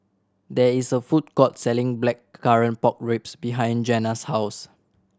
there is a food court selling Blackcurrant Pork Ribs behind Jena's house